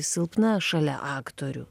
silpna šalia aktorių